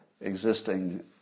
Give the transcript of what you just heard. existing